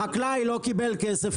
החקלאי לא קיבל כסף,